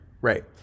Right